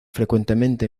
frecuentemente